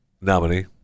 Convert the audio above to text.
nominee